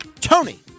Tony